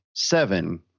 seven